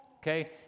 okay